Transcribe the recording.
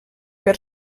per